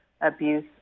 abuse